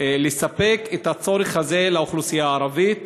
לספק את הצורך הזה לאוכלוסייה הערבית,